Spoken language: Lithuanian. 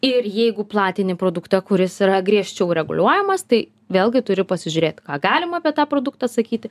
ir jeigu platinti produktą kuris yra griežčiau reguliuojamas tai vėlgi turi pasižiūrėt ką galima apie tą produktą sakyti